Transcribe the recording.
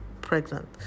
pregnant